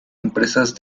empresas